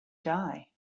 die